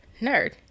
nerd